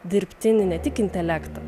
dirbtinį ne tik intelektą